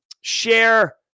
share